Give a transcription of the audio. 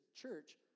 church